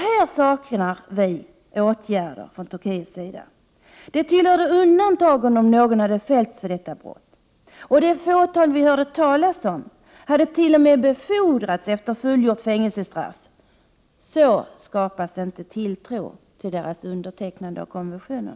Här saknas åtgärder från Turkiets sida. Det tillhör undantagen om någon fälls för detta brott, och det fåtal vi hörde talas om hade t.o.m. befordrats efter fullgjort fängelsestraff. Så skapas inte tilltro till Turkiets undertecknande av konventioner.